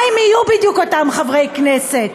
מה הם יהיו בדיוק אותם חברי כנסת?